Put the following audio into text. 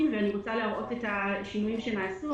ואני רוצה להראות את השינויים שנעשו.